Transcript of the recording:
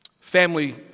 Family